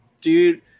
Dude